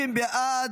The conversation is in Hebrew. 30 בעד,